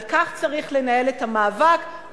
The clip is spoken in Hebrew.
על כך צריך לנהל את המאבק,